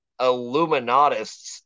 Illuminatists